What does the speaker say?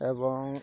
ଏବଂ